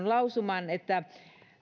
lausuman